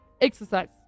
exercise